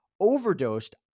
overdosed